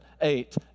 eight